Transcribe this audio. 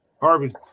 Harvey